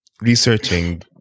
researching